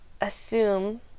assume